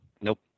Nope